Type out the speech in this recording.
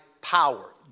power